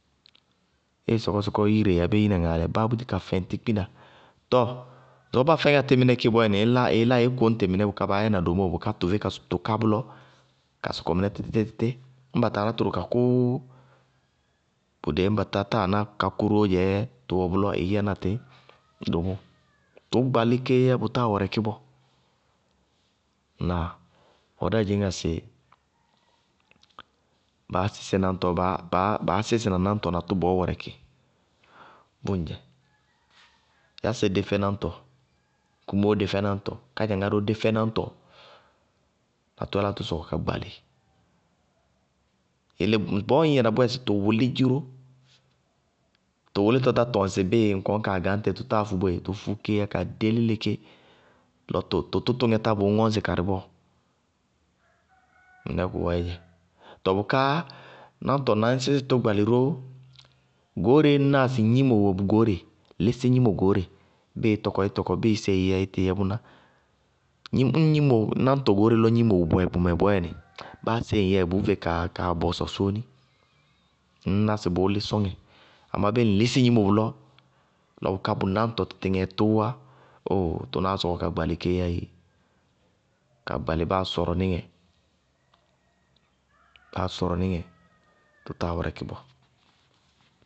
Bíɩ ɩ sɔkɔ ɩ sɔkɔ ire abéé ina ŋaalɛ, báá búti ka fɛŋ tí kpina. Tɔɔ ŋsɩbɔɔ bá fɛñŋá tí mɩnɛ ké bɔɔyɛnɩ, bʋná ɩí lá ɩí kʋñ tɩ mɩnɛ báá yɛná domóo bʋká tʋ vé ka s tʋ ká bʋlɔ, ka sɔkɔ mɩnɛ títítí ñŋ ba taa ná tʋrʋ ka kʋʋ, bʋdée, ñŋ ba tátáa ná ka kʋ róó dzɛɛ, tʋwɛ bʋlɔ ɩí yɛna tí dómo. Tʋʋ gbalí kéé yá bʋtáa wɛrɛkí bɔɔ. Ŋnáa? Bɔɔ dáá dzɩñŋá sɩ baá sísɩ nañtɔ baá sísɩ na nañtɔ na tʋ bɔɔ wɛrɛkɩ. Yásɛ dé fɛ náŋtɔ kumóo dé fɛ náŋtɔ, kádzaŋá ró dé fɛ náŋtɔ na tʋ yálá ka sɔkɔ ka gbalɩ. Bʋ yelé bɔɔ ññ yɛ na bʋ yɛ sɩbtʋ wʋlí dziró. Tɔ wʋlítɔ tá tɔŋ sɩ bíɩ ŋ kaá kɔŋ kaa gañtɩ tʋ táa dʋ boé, tʋʋ fʋ kéé yá ka dé léle-léle ké lɔ tʋ tʋtʋŋɛ tá bʋʋ ŋɔñsɩ karɩ bɔɔ, mɩnɛɛ bʋwɛɛdzɛ. Tɔɔ bʋká náŋtɔ na ñ sísí tɩ tʋ gbalɩ ró, goóreé ñnáa sɩ bʋyɛ gnimo goóre, bíɩ ɩí tɔkɔ í tɔkɔ, bíɩ séé ɩí yɛ, í tíɩ yɛ bʋná. Ñŋ gnimo wɛ, náñtɔ goóre lɔ gnimo wɛ bʋmɛ bɔɔyɛnɩ, báa séé ŋyɛɛ bʋʋ vé kaa bɔsɔ sóóni, ŋñná sɩ bʋʋ lí sɔŋɛ. Amá bíɩ ŋ lísɩ gnimo bʋlɔ, lɔ bʋ náñtɔ tɩtɩŋɛ tʋʋwá, ooo tʋnáá sɔkɔ ka gbalɩ kéé yá ééé, ka gbalɩ báa sɔrɔníŋɛ, báa sɔrɔníŋɛ, tʋ táa wɛrɛkɩ bɔɔ.